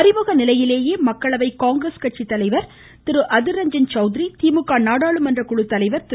அறிமுக நிலையிலேயே மக்களவை காங்கிரஸ் கட்சித்தலைவர் திரு அதிர் ரஞ்சன் சௌத்ரி திமுக நாடாளுமன்ற குழுத்தலைவா் திரு